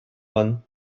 one